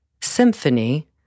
symphony